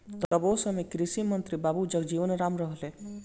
तब ओ समय कृषि मंत्री बाबू जगजीवन राम रहलें